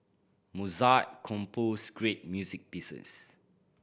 Mozart composed great music pieces